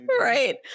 Right